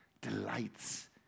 delights